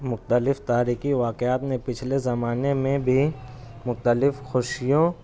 مختلف تاریخی واقعات میں پچھلے زمانے میں بھی مختلف خوشیوں